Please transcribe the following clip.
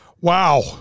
Wow